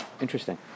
Interesting